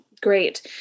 Great